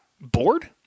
bored